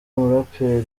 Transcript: umuraperi